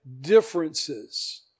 differences